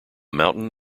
mountain